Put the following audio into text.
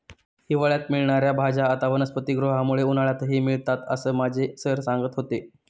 हिवाळ्यात मिळणार्या भाज्या आता वनस्पतिगृहामुळे उन्हाळ्यातही मिळतात असं माझे सर सांगत होते